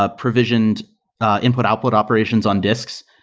ah provisioned input-output operations on disks,